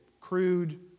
crude